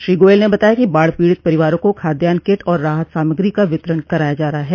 श्री गोयल ने बताया कि बाढ पीड़ित परिवारों को खाद्यान्न किट और राहत सामग्री का वितरण कराया जा रहा है